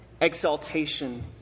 exaltation